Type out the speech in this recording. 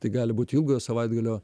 tai gali būti ilgojo savaitgalio